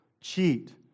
cheat